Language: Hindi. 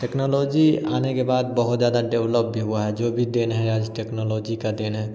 टेक्नोलॉजी आने के बाद बहुत ज़्यादा डेवलप भी हुआ है जो भी देन है आज टेक्नोलॉजी की देन है